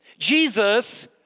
Jesus